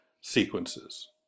sequences